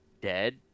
dead